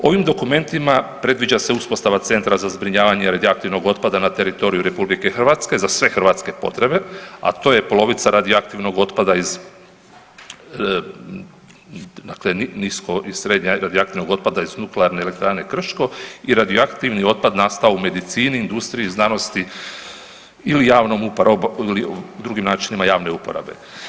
Ovim dokumentima predviđa se uspostava centra za zbrinjavanje radioaktivnog otpada na teritoriju RH, za sve hrvatske potrebe, a to je polovica radioaktivnog otpada iz, dakle nisko i srednje radioaktivnog otpada iz Nuklearne elektrane Krško i radioaktivni otpad nastao u medicini, industriji, znanosti ili javnom uporabom, drugim načinima javne uporabe.